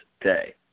day